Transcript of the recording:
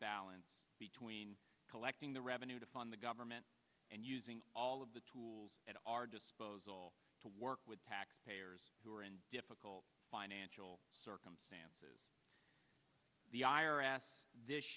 balance between collecting the revenue to fund the government and using all of the tools at our disposal to work with taxpayers who are in difficult financial circumstances the i r s this